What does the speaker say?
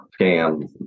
scams